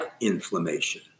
inflammation